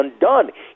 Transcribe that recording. undone